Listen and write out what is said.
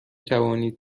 توانید